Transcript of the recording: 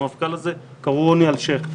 למפכ"ל הזה קראו רוני אלשיך,